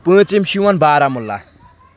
پٲنٛژِم چھِ یِوَن بارہمولہ